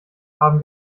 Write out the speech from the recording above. haben